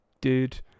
dude